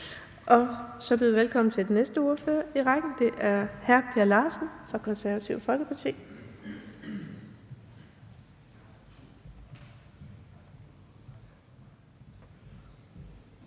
og så byder vi velkommen til den næste i ordførerrækken, hr. Per Larsen fra Det Konservative Folkeparti.